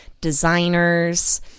designers